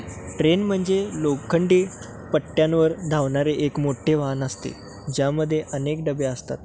train म्हणजे लोखंडी पट्ट्यांवर धावणारे एक मोठे वाहन असते ज्यामध्ये अनेक डबे असतात